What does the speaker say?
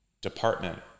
department